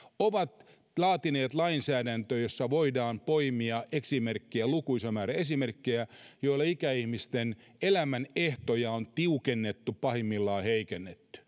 ovat laatineet lainsäädäntöä josta voidaan poimia lukuisa määrä esimerkkejä siitä miten ikäihmisten elämänehtoja on tiukennettu pahimmillaan heikennetty